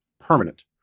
permanent